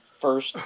first